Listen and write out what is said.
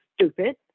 stupid